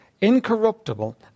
incorruptible